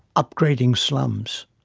upgrading slums